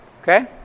Okay